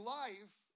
life